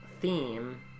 theme